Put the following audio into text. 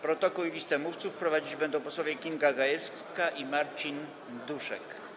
Protokół i listę mówców prowadzić będą posłowie Kinga Gajewska i Marcin Duszek.